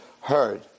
heard